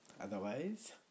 Otherwise